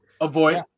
avoid